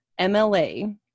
MLA